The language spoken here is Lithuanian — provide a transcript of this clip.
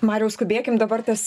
mariau skubėkim dabar tas